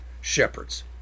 shepherds